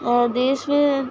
دیش میں